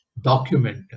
document